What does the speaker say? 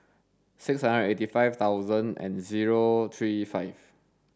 six hundred eighty five thousand and zero three five